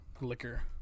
liquor